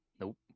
Nope